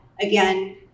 again